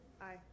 aye